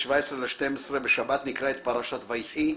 17.12. בשבת נקרא את פרשת ויחי,